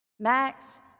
Max